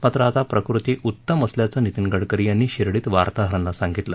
मात्र आता प्रकृती उत्तम असल्याचं नितीन गडकरी यांनी शिर्डीत वार्ताहरांना सांगितलं